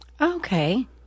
okay